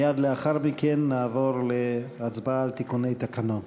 מייד לאחר מכן נעבור להצבעה על תיקוני תקנון,